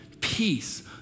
peace